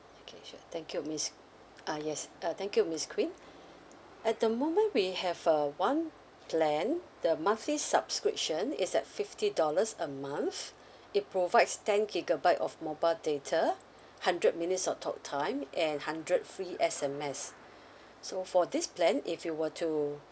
okay sure thank you miss uh yes uh thank you miss queen at the moment we have uh one plan the monthly subscription is at fifty dollars a month it provides ten gigabyte of mobile data hundred minutes of talk time and hundred free S_M_S so for this plan if you were to